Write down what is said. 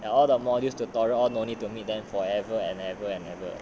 ya all the modules tutorial all no need to meet them forever and ever and ever